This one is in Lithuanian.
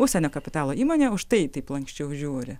užsienio kapitalo įmonė užtai taip lanksčiau žiūri